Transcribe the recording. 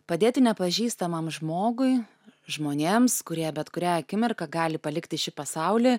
padėti nepažįstamam žmogui žmonėms kurie bet kurią akimirką gali palikti šį pasaulį